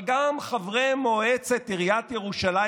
אבל גם חברי מועצת עיריית ירושלים